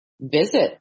visit